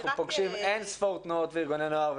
אנחנו פוגשים אין ספור תנועות וארגוני נוער,